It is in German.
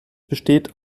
besteht